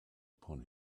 upon